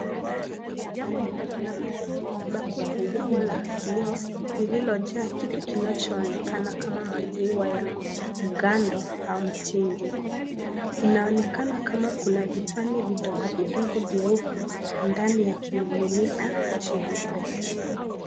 Kuna bakuli kubwa la kioo lililojaa kitu kinachoonekana kama maziwa ya mgando au mtindi. Inaonekana kama kuna vipande vidogo vidogo vyeupe ndani yakimiminika jeupe.